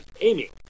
Amy